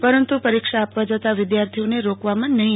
પરંતુ પરીક્ષા આપવા જતા વિધ્યાર્થીઓન રોકવામાં આવશે નહિ